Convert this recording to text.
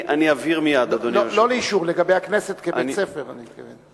לא לאישור, לגבי הכנסת כבית-ספר, אני שואל.